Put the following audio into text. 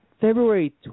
February